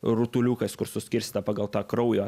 rutuliukais kur suskirstyta pagal tą kraujo